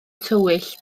tywyll